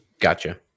Gotcha